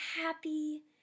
Happy